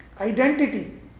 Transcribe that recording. Identity